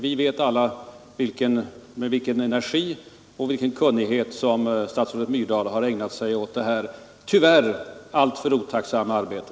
Vi vet alla med vilken energi och kunnighet som statsrådet Myrdal har ägnat sig åt detta tyvärr alltför otacksamma arbete.